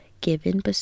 given